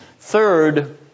third